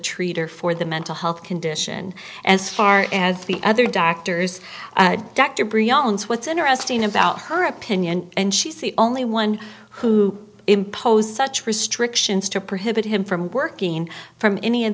treater for the mental health condition as far as the other doctors dr brianna what's interesting about her opinion and she's the only one who imposed such restrictions to prohibit him from working from any of